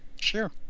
Sure